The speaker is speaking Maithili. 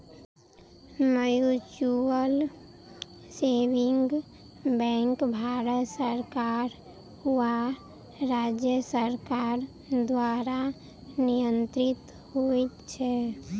म्यूचुअल सेविंग बैंक भारत सरकार वा राज्य सरकार द्वारा नियंत्रित होइत छै